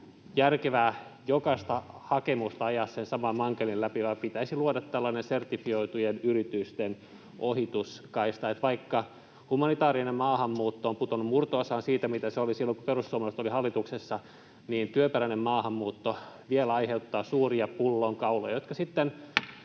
järkevää jokaista hakemusta ajaa sen saman mankelin läpi, vaan pitäisi luoda tällainen sertifioitujen yritysten ohituskaista. Vaikka humanitaarinen maahanmuutto on pudonnut murto-osaan siitä, mitä se oli silloin, kun perussuomalaiset olivat hallituksessa, niin työperäinen maahanmuutto vielä aiheuttaa suuria pullonkauloja, jotka sitten